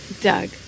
Doug